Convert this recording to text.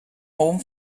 home